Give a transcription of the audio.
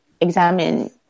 examine